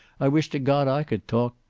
i wish to god i could talk.